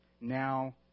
now